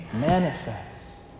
manifest